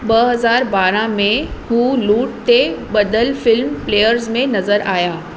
ॿ हज़ार ॿारहं में हू लूट ते ब॒धलु फ़िल्म प्लेयर्स में नज़र आहिया